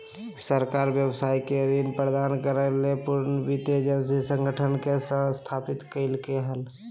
सरकार व्यवसाय के ऋण प्रदान करय ले पुनर्वित्त एजेंसी संगठन के स्थापना कइलके हल